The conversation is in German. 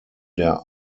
der